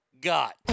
got